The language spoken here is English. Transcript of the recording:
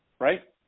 right